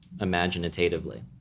imaginatively